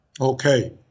okay